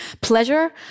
pleasure